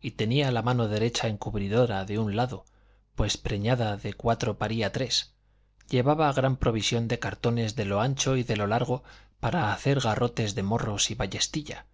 y tenía la mano derecha encubridora de un lado pues preñada de cuatro paría tres llevaba gran provisión de cartones de lo ancho y de lo largo para hacer garrotes de morros y ballestilla